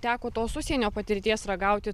teko tos užsienio patirties ragauti